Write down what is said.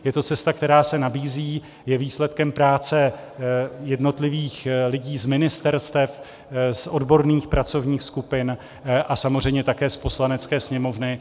Je to cesta, která se nabízí, je výsledkem práce jednotlivých lidí z ministerstev, z odborných pracovních skupin a samozřejmě také z Poslanecké sněmovny.